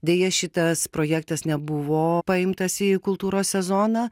deja šitas projektas nebuvo paimtas į kultūros sezoną